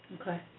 Okay